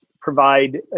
provide